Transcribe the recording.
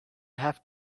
have